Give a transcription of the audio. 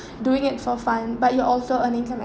doing it for fun but you're also earning some